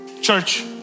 Church